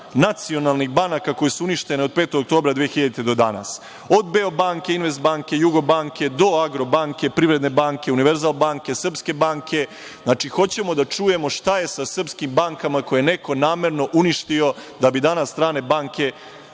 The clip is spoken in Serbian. nacionalnih banaka koje su uništene od 5. oktobra do danas, od Beobanke, Investbanke, Jugobanke, do Agrobanke, Privredne banke, Univerzal banke, Srpske banke. Znači, hoćemo da čujemo šta je sa srpskim bankama koje je neko namerno uništio da bi danas strane banke